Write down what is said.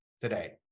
today